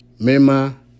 Mema